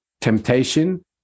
Temptation